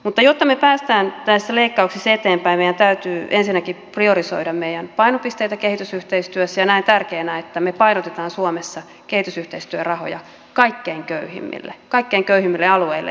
mutta jotta me pääsemme näissä leikkauksissa eteenpäin meidän täytyy ensinnäkin priorisoida meidän painopisteitä kehitysyhteistyössä ja näen tärkeänä että me painotamme suomessa kehitysyhteistyörahoja kaikkein köyhimmille alueille ja ihmisille